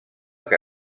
que